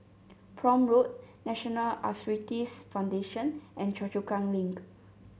Prome Road National Arthritis Foundation and Choa Chu Kang Link